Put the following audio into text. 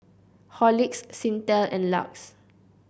Horlicks Singtel and Lux